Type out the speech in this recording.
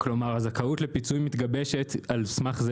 כלומר הזכאות לפיצוי מתגבשת על סמך זה